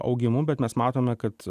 augimu bet mes matome kad